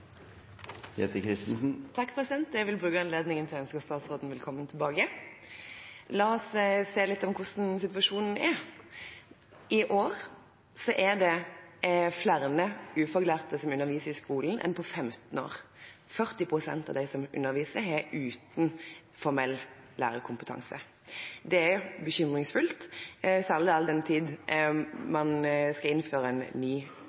Jette F. Christensen – til oppfølgingsspørsmål. Jeg vil benytte anledningen til å ønske statsråden velkommen tilbake. La oss si litt om hvordan situasjonen er: I år er det flere ufaglærte som underviser i skolen enn på 15 år. 40 pst. av dem som underviser, er uten formell lærerkompetanse. Det er bekymringsfullt, særlig all den tid man skal innføre en ny